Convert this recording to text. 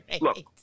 Look